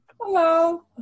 Hello